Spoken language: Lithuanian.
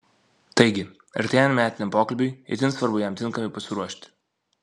taigi artėjant metiniam pokalbiui itin svarbu jam tinkamai pasiruošti